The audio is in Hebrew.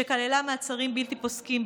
שכללה מעצרים בלתי פוסקים,